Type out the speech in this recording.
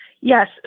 Yes